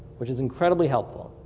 which is incredibly helpful.